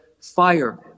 fire